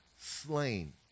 slain